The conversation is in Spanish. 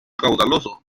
caudaloso